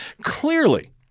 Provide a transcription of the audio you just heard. clearly